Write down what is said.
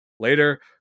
Later